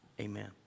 Amen